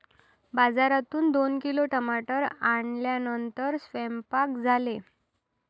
बाजारातून दोन किलो टमाटर आणल्यानंतर सेवन्पाक झाले